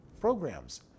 programs